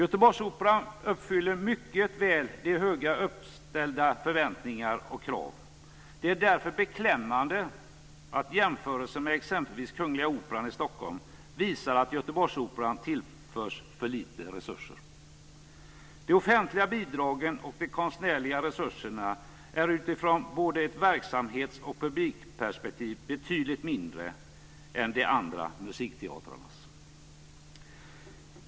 Göteborgsoperan uppfyller mycket väl högt ställda förväntningar och krav. Det är därför beklämmande att jämförelse med exempelvis Kungliga Operan i Stockholm visar att Göteborgsoperan tillförs för lite resurser.